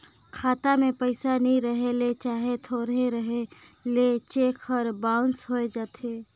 खाता में पइसा नी रहें ले चहे थोरहें रहे ले चेक हर बाउंस होए जाथे